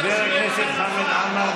חבר הכנסת חמד עמאר,